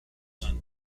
son